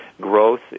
Growth